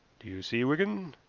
do you see, wigan?